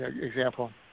example